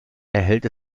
erhält